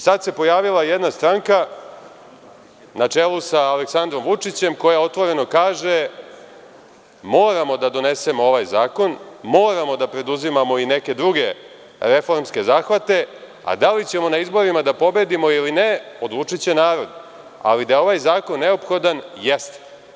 Sada se pojavila jedna stranka na čelu sa Aleksandrom Vučićem, koja otvoreno kaže – moramo da donesemo ovaj zakon, moramo da preduzimamo i neke druge reformske zahvate, a da li ćemo na izborima da pobedimo ili ne, odlučiće narod, ali da je ovaj zakon neophodan, jeste.